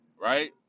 Right